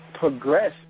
Progress